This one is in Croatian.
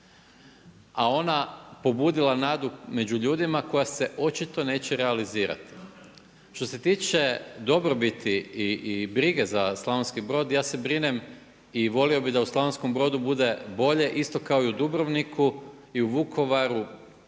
a ona pobudila nadu među ljudima koja se očito neće realizirati. Što se tiče dobrobiti i brige za Slavonski Brod ja se brinem i volio bih da u Slavonskom Brodu bude bolje isto kao i u Dubrovniku i u Vukovaru